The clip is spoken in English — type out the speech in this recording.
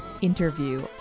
interview